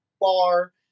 bar